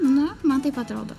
na man taip atrodo